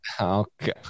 Okay